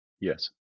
Yes